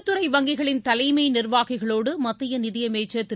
பொதுத்துறை வங்கிகளின் தலைமை நிர்வாகிகளோடு மத்திய நிதியமைச்சர் திரு